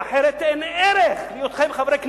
אחרת אין ערך להיותכם חברי כנסת.